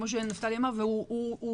וכמו שנפתלי אמר, הוא זועק.